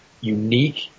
unique